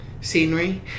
scenery